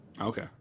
Okay